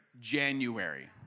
January